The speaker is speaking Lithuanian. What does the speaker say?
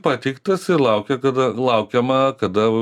pateiktas ir laukia kada laukiama kada